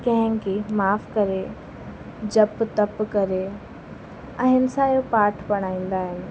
कंहिंखें माफ़ु करे जप तप करे अहिंसा जो पाठ पढ़ाईंदा आहिनि